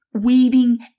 Weaving